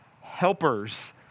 helpers